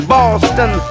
Boston